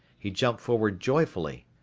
he jumped forward joyfully.